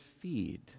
feed